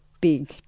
big